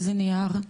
איזה נייר?